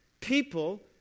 People